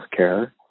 healthcare